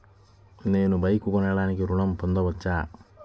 నేను బైక్ కొనటానికి ఋణం పొందవచ్చా?